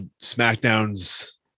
SmackDown's